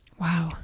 Wow